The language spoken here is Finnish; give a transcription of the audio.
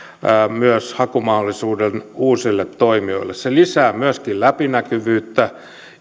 hakumahdollisuuden myös uusille toimijoille se lisää myöskin läpinäkyvyyttä